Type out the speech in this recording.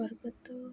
ପର୍ବତ